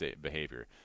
behavior